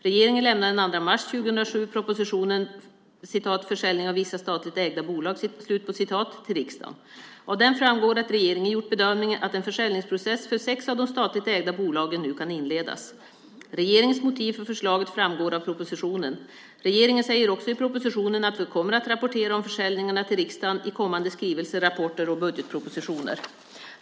Regeringen lämnade den 2 mars 2007 propositionen Försäljning av vissa statligt ägda bolag till riksdagen. Av den framgår att regeringen gjort bedömningen att en försäljningsprocess för sex av de statligt ägda bolagen nu kan inledas. Regeringens motiv för förslaget framgår av propositionen. Regeringen säger också i propositionen att vi kommer att rapportera om försäljningarna till riksdagen i kommande skrivelser, rapporter och budgetpropositioner.